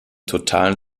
totalen